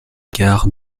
gares